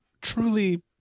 truly